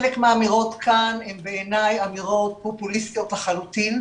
חלק מהאמירות כאן הן בעיני אמירות פופוליסטיות לחלוטין.